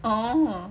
oh